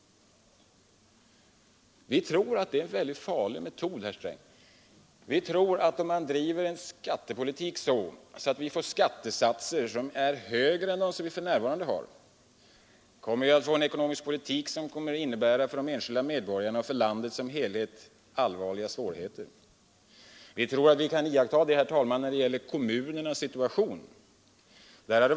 Vi tror att det är en farlig metod, herr Sträng. Om man driver skattepolitiken så, att skattesatserna blir högre än för närvarande, kommer det att innebära allvarliga svårigheter för de enskilda medborgarna och för landet som helhet. Vi tror att vi kan iaktta detta när det gäller kommunernas situation.